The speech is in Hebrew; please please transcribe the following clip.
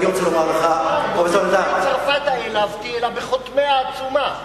לא ביהודי צרפת עלבתי אלא בחותמי העצומה.